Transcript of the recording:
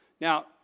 Now